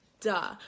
Duh